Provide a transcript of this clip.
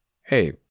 hey